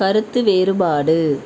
கருத்து வேறுபாடு